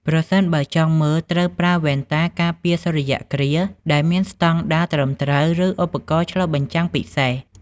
ប្រសិនបើចង់មើល ត្រូវប្រើ វ៉ែនតាការពារសូរ្យគ្រាស ដែលមានស្តង់ដារត្រឹមត្រូវ ឬឧបករណ៍ឆ្លុះបញ្ចាំងពិសេស ។